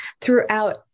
throughout